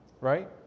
right